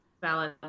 valid